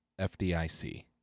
FDIC